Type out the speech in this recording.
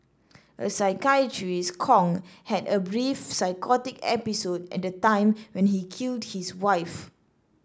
a psychiatrist said Kong had a brief psychotic episode at the time when he killed his wife